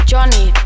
Johnny